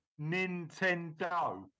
Nintendo